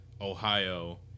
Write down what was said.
Ohio